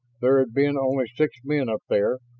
there had been only six men up there,